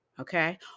okay